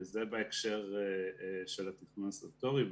זה בהקשר של התכנון הסטטוטורי.